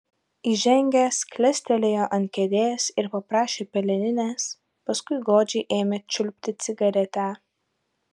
įžengęs klestelėjo ant kėdės ir paprašė peleninės paskui godžiai ėmė čiulpti cigaretę